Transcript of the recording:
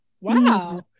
Wow